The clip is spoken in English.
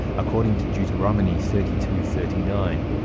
according to deuteronomy, thirty two thirty nine,